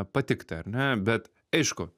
patikti ar ne bet aišku